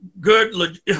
good